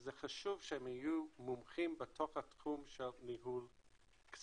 זה חשוב שהם יהיו מומחים בתוך התחום של ניהול כספים.